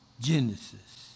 Genesis